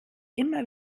immer